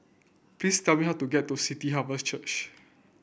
please tell me how to get to City Harvest Church